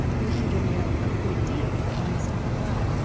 you're going to give me a ah good deal on the stuff i buy.